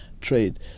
Trade